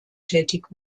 tätig